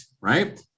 right